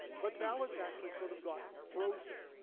but ballads actually sort of got frozen.